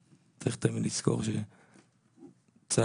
צריך תמיד לזכור שהצבא זה דבר קדוש,